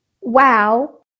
wow